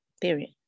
period